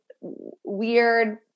weird